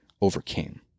overcame